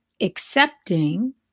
accepting